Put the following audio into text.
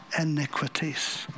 iniquities